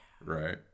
right